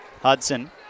Hudson